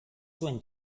zuen